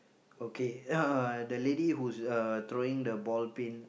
okay ah the lady who's uh throwing the ball pin